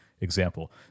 example